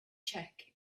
check